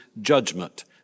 judgment